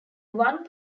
one